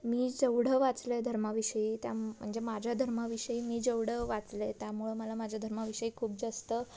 मी जेवढं वाचलं आहे धर्माविषयी त्या म्हणजे माझ्या धर्माविषयी मी जेवढं वाचलं आहे त्यामुळं मला माझ्या धर्माविषयी खूप जास्त